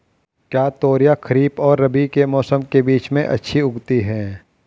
क्या तोरियां खरीफ और रबी के मौसम के बीच में अच्छी उगती हैं?